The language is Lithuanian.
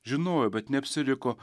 žinojo bet neapsiriko